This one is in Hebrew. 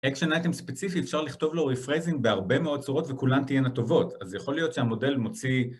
אקשן אייטם ספציפי, אפשר לכתוב לו רפרנסים בהרבה מאוד צורות וכולן תהיינה טובות. אז יכול להיות שהמודל מוציא...